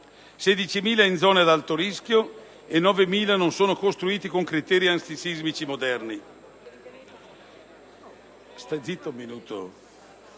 16.000 in zone ad alto rischio e circa 9.000 non sono costruiti con criteri antisismici moderni.